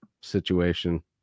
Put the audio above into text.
situation